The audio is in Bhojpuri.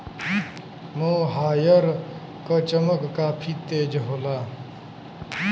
मोहायर क चमक काफी तेज होला